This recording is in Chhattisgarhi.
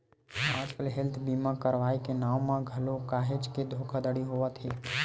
आजकल हेल्थ बीमा करवाय के नांव म घलो काहेच के धोखाघड़ी होवत हे